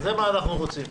זה מה שאנחנו רוצים.